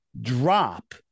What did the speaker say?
drop